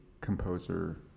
composer